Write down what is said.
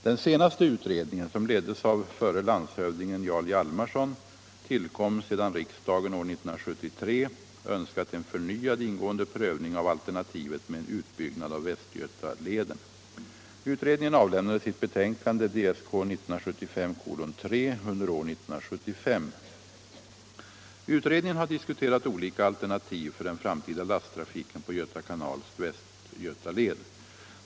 Den senaste utredningen — som leddes av f.d. landshövdingen Jarl Hjalmarson — tillkom sedan riksdagen år 1973 önskat en förnyad, ingående prövning av alternativet med en utbyggnad av Västgötaleden. Utredningen avlämnade sitt betänkande under år 1975. Utredningen har diskuterat olika alternativ för den framtida lasttrafiken på Göta kanals Västgötaled.